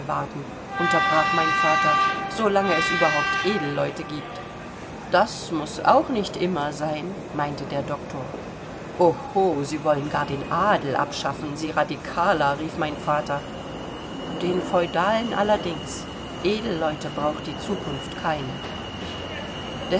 warten unterbrach mein vater so lange es überhaupt edelleute gibt das muß auch nicht immer sein meinte der doktor oho sie wollen gar den adel abschaffen sie radikaler rief mein vater den feudalen allerdings edelleute braucht die zukunft keine